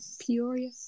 Peoria